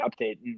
update